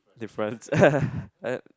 difference